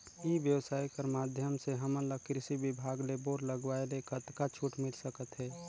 ई व्यवसाय कर माध्यम से हमन ला कृषि विभाग ले बोर लगवाए ले कतका छूट मिल सकत हे?